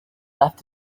left